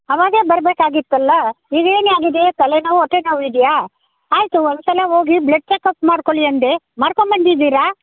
ಅವಾಗೆ ಬರಬೇಕಾಗಿತ್ತಲ್ಲ ಇವಾಗ ಏನು ಆಗಿದೆ ತಲೆನೋವು ಹೊಟ್ಟೆ ನೋವು ಇದೆಯಾ ಆಯಿತು ಒಂದು ಸಲ ಹೋಗಿ ಬ್ಲಡ್ ಚೆಕಪ್ ಮಾಡ್ಕೊಳ್ಳಿ ಅಂದೆ ಮಾಡ್ಕೊಂಡು ಬಂದಿದ್ದೀರ